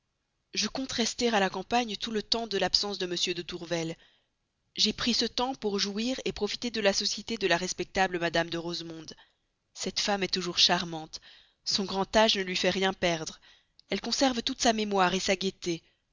je compte rester à la campagne tout le temps de l'absence de m de tourvel j'ai pris ce temps pour jouir profiter de la société de la respectable madame de rosemonde cette femme est toujours charmante son grand âge ne lui fait rien perdre elle conserve toute sa mémoire sa gaieté